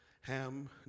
Ham